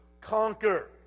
conquer